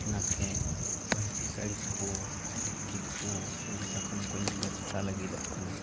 ᱚᱱᱟᱛᱮ ᱯᱟᱹᱧᱪᱤ ᱥᱟᱹᱲᱤ ᱠᱚ ᱫᱷᱩᱛᱤ ᱠᱚ ᱪᱩᱲᱤ ᱥᱟᱠᱚᱢ ᱠᱚᱧ ᱵᱮᱵᱽᱥᱟ ᱞᱟᱹᱜᱤᱫᱚᱜ ᱠᱟᱱᱟ